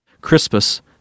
Crispus